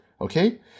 Okay